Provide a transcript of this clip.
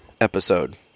episode